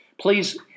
please